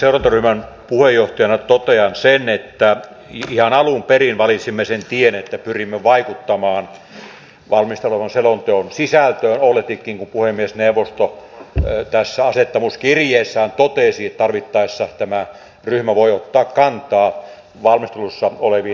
seurantaryhmän puheenjohtajana totean sen että ihan alun perin valitsimme sen tien että pyrimme vaikuttamaan valmisteltavana olevan selonteon sisältöön etenkin kun puhemiesneuvosto tässä asettamiskirjeessään totesi että tarvittaessa tämä ryhmä voi ottaa kantaa valmistelussa oleviin esityksiin